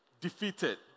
defeated